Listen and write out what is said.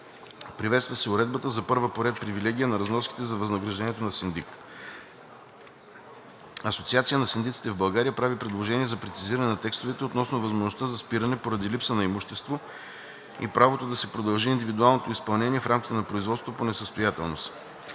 Приветства се уредбата за първа по ред привилегия на разноските за възнаграждението на синдик. Асоциацията на синдиците в България прави предложения за прецизиране на текстовете относно възможността за спиране поради липса на имущество и правото да се продължи индивидуалното изпълнение в рамките на производството по несъстоятелност.